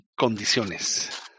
condiciones